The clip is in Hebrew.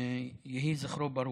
יהי זכרו ברוך.